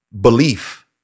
belief